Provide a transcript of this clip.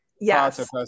yes